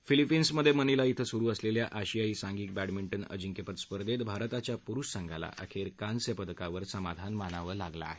Philippines मध्ये Manila इथं सुरू असलेल्या आशियाई सांघिक बॅडमिंटन अजिंक्यपद स्पर्धेत भारताच्या पुरुष संघाला अखेर कांस्य पदकावर समाधान मानावं लागलं आहे